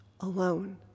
alone